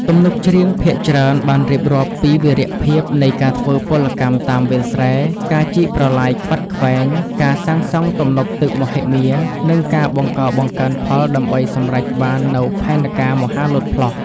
ទំនុកច្រៀងភាគច្រើនបានរៀបរាប់ពីវីរភាពនៃការធ្វើពលកម្មតាមវាលស្រែ ការជីកប្រឡាយខ្វាត់ខ្វែង ការសាងសង់ទំនប់ទឹកមហិមា និងការបង្កបង្កើនផលដើម្បីសម្រេចបាននូវផែនការមហាលោតផ្លោះ។